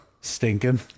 Stinking